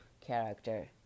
character